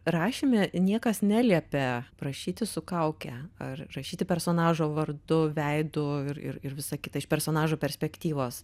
rašyme niekas neliepia rašyti su kauke ar rašyti personažo vardu veidu ir ir ir visa kita iš personažo perspektyvos